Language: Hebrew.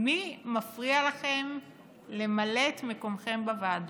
מי מפריע לכם למלא את מקומכם בוועדות?